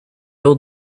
old